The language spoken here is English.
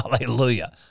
Hallelujah